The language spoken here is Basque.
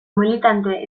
militante